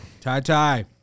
Tie-tie